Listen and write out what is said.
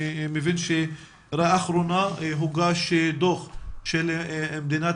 אני מבין שלאחרונה הוגש דו"ח של מדינת